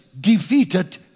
defeated